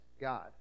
God